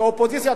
כאופוזיציה,